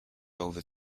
over